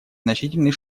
значительный